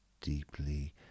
deeply